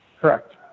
Correct